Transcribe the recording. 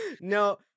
No